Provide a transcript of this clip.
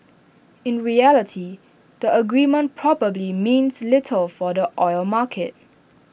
in reality the agreement probably means little for the oil market